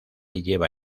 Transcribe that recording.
lleva